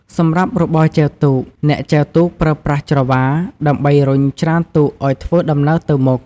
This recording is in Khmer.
សម្រាប់របរចែវទូក អ្នកចែវទូកប្រើប្រាស់ ច្រវា ដើម្បីរុញច្រានទូកឲ្យធ្វើដំណើរទៅមុខ។